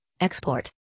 export